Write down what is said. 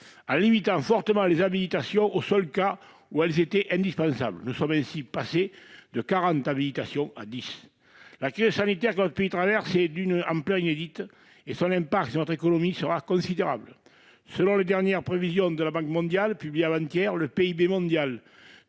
en limitant fortement les habilitations aux seuls cas où elles sont indispensables. Nous sommes ainsi passés de quarante habilitations à dix ... La crise sanitaire que notre pays traverse est d'une ampleur inédite, et son impact sur notre économie sera considérable. Selon les dernières prévisions de la Banque mondiale, publiées avant-hier, le PIB mondial